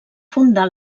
fundà